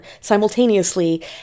Simultaneously